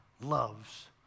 loves